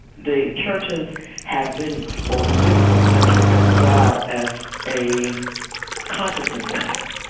the churches have been both a physical centre as well as a consciousness centre.